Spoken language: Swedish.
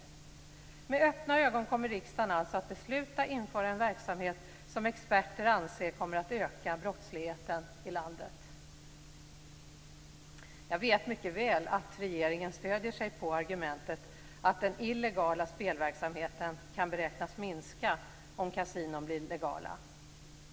Med öppna ögon kommer riksdagen alltså att besluta om att införa en verksamhet som experter anser kommer att öka brottsligheten i landet. Jag vet mycket väl att regeringen stöder sig på argumentet att den illegala spelverksamheten kan beräknas minska om kasinon blir legala.